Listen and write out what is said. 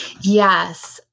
Yes